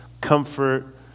comfort